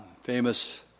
famous